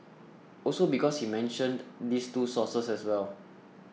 also because he mentioned these two sources as well